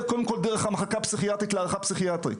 קודם כל דרך המחלקה הפסיכיאטרית להערכה פסיכיאטרית.